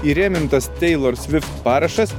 įrėmintas taylor swift parašas